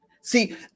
See